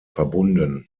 verbunden